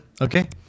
Okay